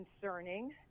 concerning